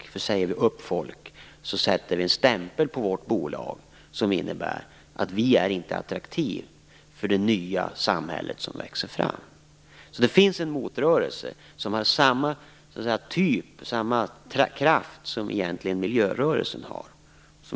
Om man säger upp folk sätter man en stämpel på sitt bolag som innebär att man inte är attraktiv för det nya samhälle som växer fram. Det finns en motrörelse. Den har samma kraft som miljörörelsen har.